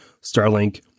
Starlink